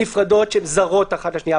נפרדות וזרות אחת לשנייה.